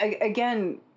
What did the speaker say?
again